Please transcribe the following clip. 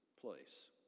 place